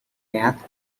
math